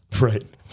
right